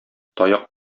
таяк